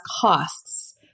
costs